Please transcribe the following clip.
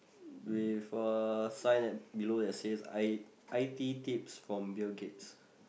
with a sign that below that say I I_T tips from Bill-Gates